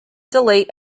delete